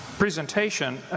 presentation